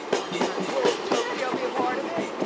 all the time. will tokyo be apart of it?